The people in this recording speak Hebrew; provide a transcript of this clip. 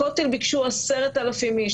הכותל ביקשו 10,000 איש,